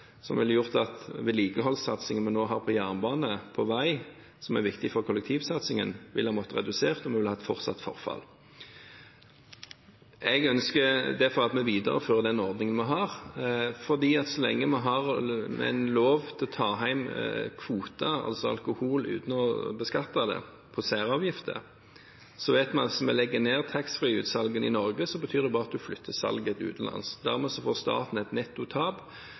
som ville ha ført til at vedlikeholdssatsingen som vi nå har på jernbane og på vei, som er viktig for kollektivsatsingen, ville måtte bli redusert, og vi ville fått et fortsatt forfall. Jeg ønsker derfor at vi viderefører den ordningen vi har, fordi så lenge vi har lov til å ta hjem kvoter, altså alkohol uten å beskatte det med særavgifter, så vet vi at dersom vi legger ned taxfree-utsalgene i Norge, betyr det bare at en flytter salget til utlandet. Med den ordningen får dermed staten et nettotap,